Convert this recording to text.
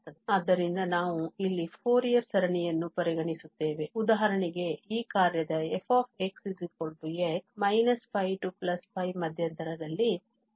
ಆದ್ದರಿಂದ ನಾವು ಇಲ್ಲಿ ಫೋರಿಯರ್ ಸರಣಿಯನ್ನು ಪರಿಗಣಿಸುತ್ತೇವೆ ಉದಾಹರಣೆಗೆ ಈ ಕಾರ್ಯದ f x −π π ಮಧ್ಯಂತರದಲ್ಲಿ